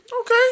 Okay